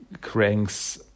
Crank's